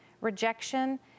rejection